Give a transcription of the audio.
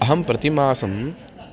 अहं प्रतिमासं